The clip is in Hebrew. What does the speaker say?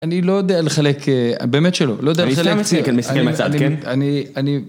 אני לא יודע לחלק באמת שלא, לא יודע לחלק, אני, אני, אני